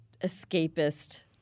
escapist